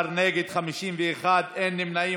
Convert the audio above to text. בעד, 19, נגד, 51, אין נמנעים.